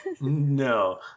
No